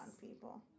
people